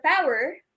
power